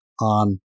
on